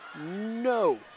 No